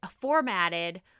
formatted